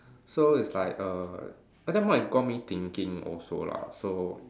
so it's like err that time it got me thinking also lah so